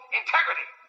integrity